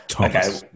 Okay